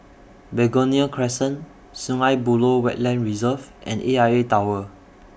Begonia Crescent Sungei Buloh Wetland Reserve and A I A Tower